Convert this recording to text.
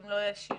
אם לא יהיה שינוי,